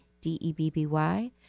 D-E-B-B-Y